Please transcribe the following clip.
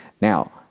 Now